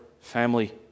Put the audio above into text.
family